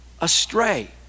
astray